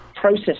process